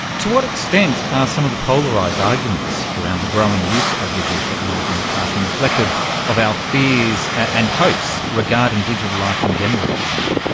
to what extent are some of the polarised arguments around the growing use of digital technology in the classroom reflective of our fears and hopes regarding digital life in general, do you think?